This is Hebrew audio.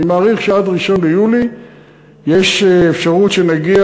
אני מעריך שעד 1 ביולי יש אפשרות שנגיע